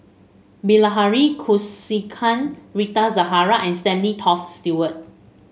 Bilahari Kausikan Rita Zahara and Stanley Toft Stewart